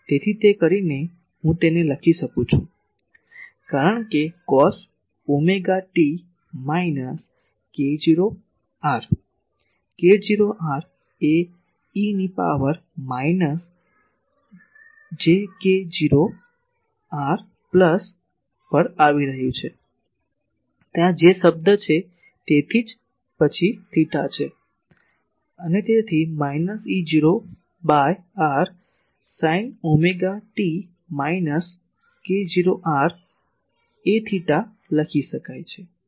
તેથી તે કરીને હું તેને લખી શકું છું કારણ કે cos omega t minus k0 r k0 r એ eની power minus j k0 r plus પર આવી રહ્યું છે ત્યાં j શબ્દ છે તેથી જ પછી થીટા છે અને તેથી આ minus E0 by r sine omega t minus k0 r a𝜃 લખી શકાય છે